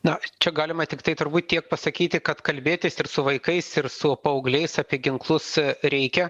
na čia galima tiktai turbūt tiek pasakyti kad kalbėtis ir su vaikais ir su paaugliais apie ginklus reikia